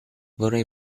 vorrei